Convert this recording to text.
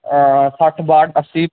आं सट्ठ वाह्ठ अस्सी